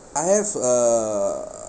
I have err